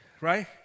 right